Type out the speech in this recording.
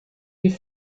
die